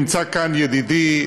נמצא כאן ידידי,